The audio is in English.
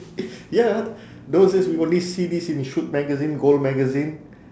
ya those is we only see this in shoot magazine goal magazine